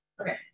Okay